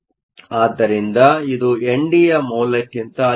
ಆದ್ದರಿಂದ ಇದು N D ಯ ಮೌಲ್ಯಕ್ಕಿಂತ ಅಧಿಕವಾಗಿದೆ